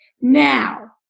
Now